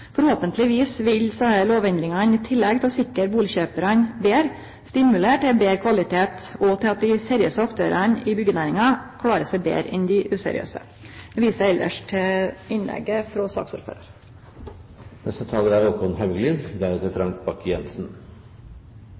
vil desse lovendringane, i tillegg til å sikre bustadkjøparane betre, stimulere til ein betre kvalitet og til at dei seriøse aktørane i byggenæringa klarer seg betre enn dei useriøse. Eg viser elles til innlegget frå